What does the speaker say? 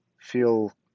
feel